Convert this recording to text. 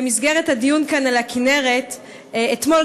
במסגרת הדיון על הכינרת שהיה כאן אתמול,